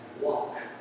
Walk